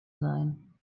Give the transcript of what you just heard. sein